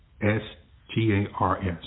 S-T-A-R-S